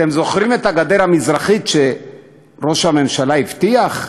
אתם זוכרים את הגדר המזרחית שראש הממשלה הבטיח?